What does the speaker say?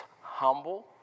humble